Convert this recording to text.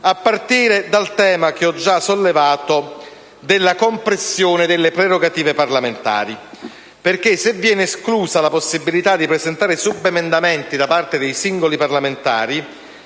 a partire dal tema che ho già sollevato della compressione delle prerogative parlamentari. Infatti, se viene esclusa la possibilità di presentare subemendamenti da parte dei singoli parlamentari,